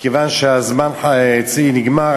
מכיוון שהזמן שלי נגמר,